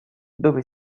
dove